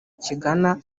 kigana